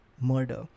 murder